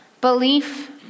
Belief